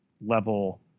level